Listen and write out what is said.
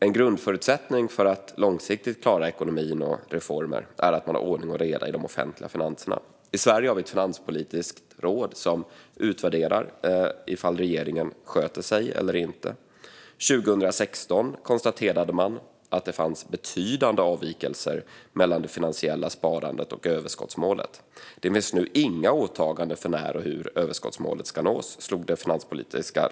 En grundförutsättning för att långsiktigt klara ekonomin och reformer är att man har ordning och reda i de offentliga finanserna. I Sverige har vi ett finanspolitiskt råd som utvärderar om regeringen sköter sig eller inte. År 2016 konstaterade Finanspolitiska rådet att det fanns betydande avvikelser mellan det finansiella sparandet och överskottsmålet. Det finns nu inga åtaganden för när och hur överskottsmålet ska nås, slog rådet fast.